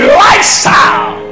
lifestyle